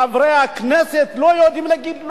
חברי הכנסת לא יודעים להגיד לא.